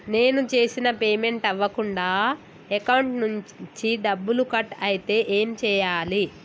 నేను చేసిన పేమెంట్ అవ్వకుండా అకౌంట్ నుంచి డబ్బులు కట్ అయితే ఏం చేయాలి?